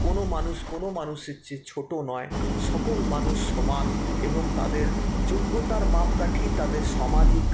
কোনও মানুষ কোনও মানুষের চেয়ে ছোটো নয় সকল মানুষ সমান এবং তাদের যোগ্যতার মাপকাঠি তাদের সমাজিক